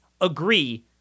agree